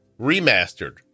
remastered